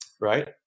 Right